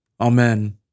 Amen